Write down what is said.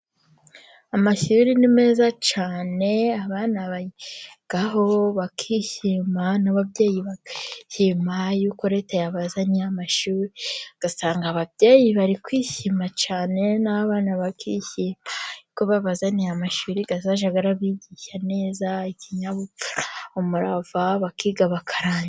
Amashuri ni meza cyane, abana bayigaho barishima n'ababyeyi bakishima yuko leta yabazaniye amashuri. Ugasanga ababyeyi bari kwishima cyane n'abana bakishima kuko babazaniye amashuri azajya bigisha neza ikinyabupfura, umurava ,bakiga bakarangiza.